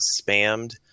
spammed